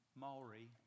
Maori